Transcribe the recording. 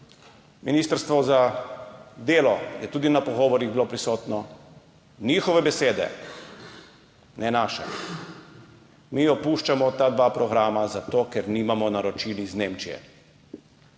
ministrstvo za delo je bilo tudi prisotno. Njihove besede, ne naše: »Mi opuščamo ta dva programa zato, ker nimamo naročil iz Nemčije.«